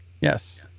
Yes